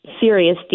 serious